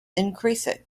increasing